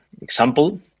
example